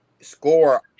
score